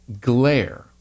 glare